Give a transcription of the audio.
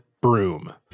broom